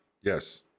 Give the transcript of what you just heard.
Yes